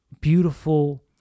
beautiful